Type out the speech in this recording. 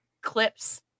clips